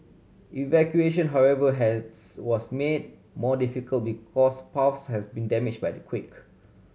evacuation however has was made more difficult because paths has been damage by the quake